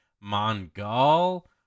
Mongol